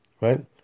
right